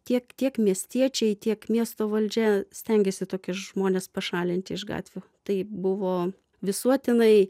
tiek tiek miestiečiai tiek miesto valdžia stengėsi tokius žmones pašalinti iš gatvių tai buvo visuotinai